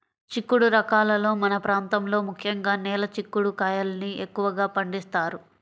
చిక్కుడు రకాలలో మన ప్రాంతంలో ముఖ్యంగా నేల చిక్కుడు కాయల్ని ఎక్కువగా పండిస్తారు